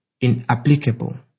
inapplicable